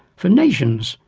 for nations,